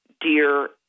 dear